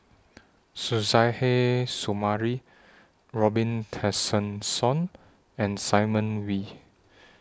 Suzairhe Sumari Robin Tessensohn and Simon Wee